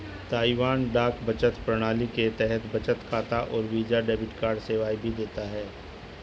Taiwan डाक बचत प्रणाली के तहत बचत खाता और वीजा डेबिट कार्ड सेवाएं भी देता है